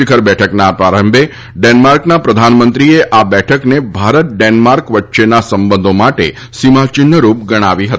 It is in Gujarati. શીખર બેઠકના પ્રારંભે ડેન્માર્કના પ્રધાનમંત્રીએ આ બેઠકને ભારત ડેન્માર્ક વચ્ચેના સંબંધો માટે સીમાચિહ્નરૂપ ગણાવી હતી